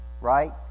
right